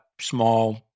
small